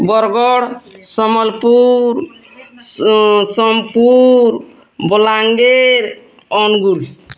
Bargarh Sambalpur Sonepur Balangir Angul